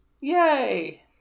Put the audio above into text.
Yay